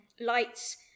lights